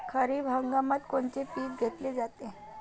खरिप हंगामात कोनचे पिकं घेतले जाते?